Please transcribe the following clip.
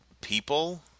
people